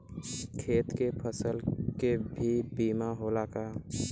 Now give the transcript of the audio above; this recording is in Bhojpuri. खेत के फसल के भी बीमा होला का?